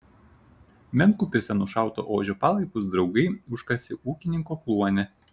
menkupiuose nušauto ožio palaikus draugai užkasė ūkininko kluone